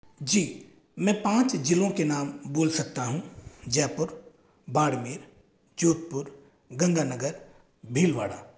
जी मैं पाँच जिलों के नाम बोल सकता हूँ जयपुर बाड़मेर जोधपुर गंगानगर भीलवाड़ा